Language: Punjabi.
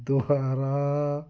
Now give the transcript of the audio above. ਦੁਆਰਾ